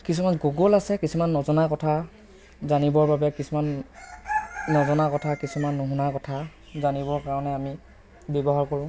কিছুমান গুগুল আছে কিছুমান নজনা কথা জানিবৰ বাবে কিছুমান নজনা কথা কিছুমান নুশুনা কথা জানিবৰ কাৰণে আমি ব্য়ৱহাৰ কৰোঁ